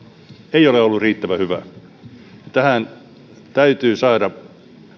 ei ole ollut riittävän hyvä tähän täytyy saada